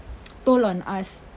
toll on us